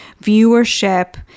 viewership